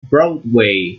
broadway